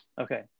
Okay